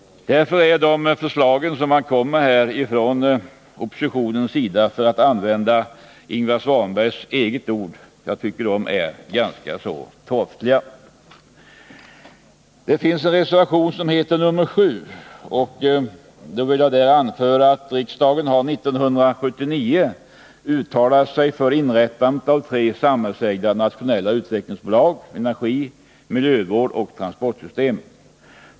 Därför är de förslag som lagts fram från oppositionens sida ganska torftiga — för att använda Ingvar Svanbergs eget ord. Beträffande reservation nr 7 vill jag anföra att riksdagen 1979 uttalat sig för inrättandet av tre samhällsägda nationella utvecklingsbolag inom områdena energi, miljövård och transportsystem.